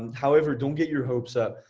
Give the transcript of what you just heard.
however, don't get your hopes up.